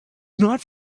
not